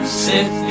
sit